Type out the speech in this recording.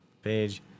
page